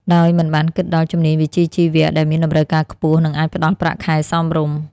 ដោយមិនបានគិតដល់ជំនាញវិជ្ជាជីវៈដែលមានតម្រូវការខ្ពស់ និងអាចផ្តល់ប្រាក់ខែសមរម្យ។